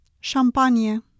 Champagne